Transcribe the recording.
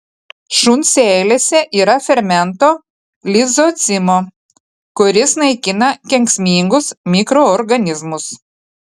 šuns seilėse yra fermento lizocimo kuris naikina kenksmingus mikroorganizmus